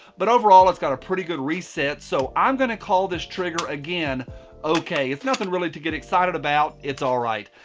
but overall it's got a pretty good reset so i'm going to call this trigger again okay. it's nothing really to get excited about. it's alright.